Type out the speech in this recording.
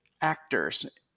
actors